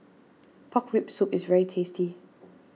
Pork Rib Soup is very tasty